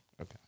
Okay